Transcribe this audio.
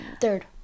third